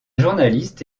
journaliste